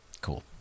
cool